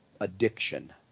addiction